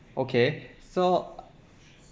okay so